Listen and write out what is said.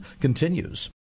continues